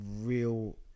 real